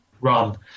run